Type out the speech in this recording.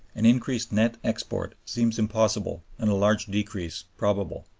an increased net export seems impossible and a large decrease probable.